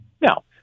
Now